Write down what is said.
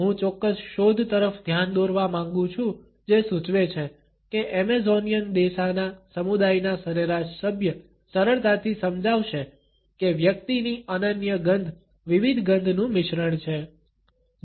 હું ચોક્કસ શોધ તરફ ધ્યાન દોરવા માંગુ છું જે સૂચવે છે કે એમેઝોનિયન દેસાના સમુદાયના સરેરાશ સભ્ય સરળતાથી સમજાવશે કે વ્યક્તિની અનન્ય ગંધ વિવિધ ગંધનું મિશ્રણ છે